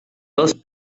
dos